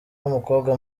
w’umukobwa